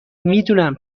میدونم